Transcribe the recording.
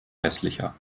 hässlicher